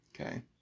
Okay